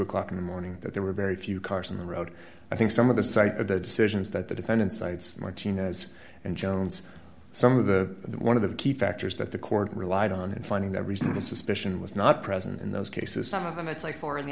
o'clock in the morning that there were very few cars on the road i think some of the side of the decisions that the defendant cites martinez and jones some of the one of the key factors that the court relied on and finding that reasonable suspicion was not present in those cases some of them it's like four in the